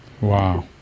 Wow